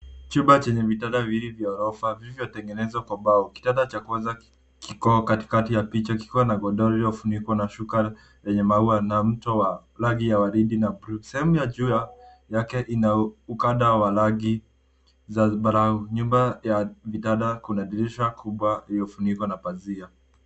Chumba chenye vitanda viwili vya ghorofa vilivyotengenezwa kwa mbao. Kitanda cha kwanza kiko kati kati ya picha kikiwa na godoro iliyofunikwa na shuka lenye maua na mto wenye rangi ya waridi na buluu. Sehemu ya juu yake ina ukanda wa rangi zambarau. Nyuma ya kitanda kuna dirisha kubwa iliyofunikwa na pazia.